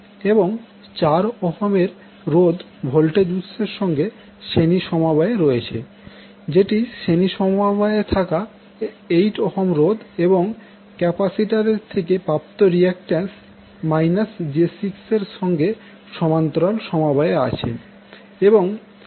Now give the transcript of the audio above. এবং 4Ω এর রোধ ভোল্টেজ উৎসের সঙ্গে শ্রেণী সমবায়ে রয়েছে যেটি শ্রেণী সমবায়ে থাকা 8Ω রোধ এবং ক্যাপাসিটর থেকে প্রাপ্ত রিয়াক্ট্যান্স j6 এর সঙ্গে সমান্তরাল সমবায়ে আছে